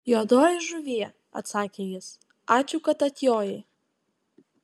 juodoji žuvie atsakė jis ačiū kad atjojai